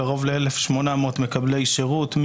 קרוב ל-1,800 מקבלי שירות,